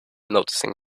noticing